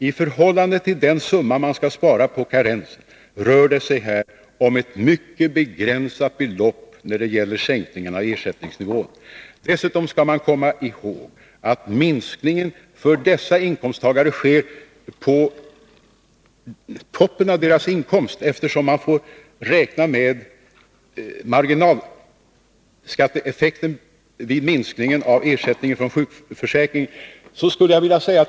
I förhållande till den summa man skall spara genom karensen rör det sig här om ett mycket begränsat belopp när det gäller sänkningen av ersättningsnivån. Dessutom skall man komma ihåg att minskningen för dessa inkomsttagare sker på toppen av deras inkomst och att man måste räkna med marginalskatteeffekten när det gäller minskningen av ersättningen från sjukförsäkringen.